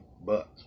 bucks